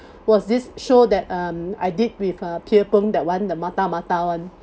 was this show that um I did with err pierre png that [one] the mata mata one